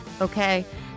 Okay